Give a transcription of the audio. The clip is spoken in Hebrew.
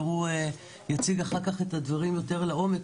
והוא יציג אחר כך את הדברים יותר לעומק.